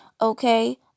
Okay